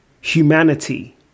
humanity